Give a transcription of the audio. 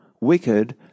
wicked